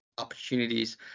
Opportunities